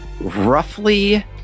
roughly